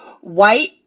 white